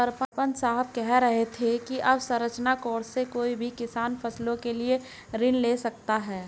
सरपंच साहब कह रहे थे कि अवसंरचना कोर्स से कोई भी किसान फसलों के लिए ऋण ले सकता है